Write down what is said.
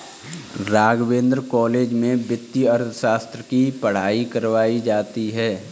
Raghavendra college में वित्तीय अर्थशास्त्र की पढ़ाई करवायी जाती है